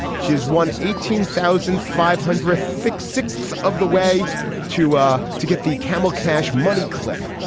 she's one eighteen thousand five hundred thick, six of the way to ah to get the campbell cash money clip.